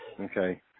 Okay